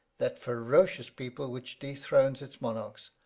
that ferocious people which dethrones its monarchs,